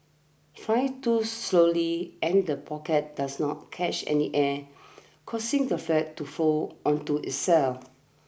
fly too slowly and the pockets does not catch any air causing the flag to fold onto itself